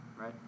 right